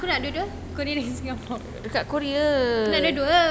korea dengan singapore dua-dua